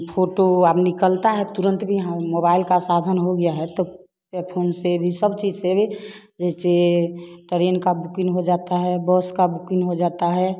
photo अब निकलता है तुरंत भी यहाँ मोबाइल का साधन हो गया है तो पे फोन से भी सब चीज से भी जैसे ट्रेन का बुकिंग हो जाता है बस का बुकिंग हो जाता है